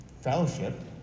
fellowship